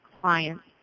clients